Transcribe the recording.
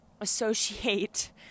associate